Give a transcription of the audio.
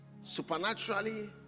Supernaturally